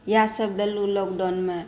इएह सभ देलहुँ लॉकडाउनमे